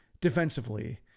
defensively